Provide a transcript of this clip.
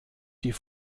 die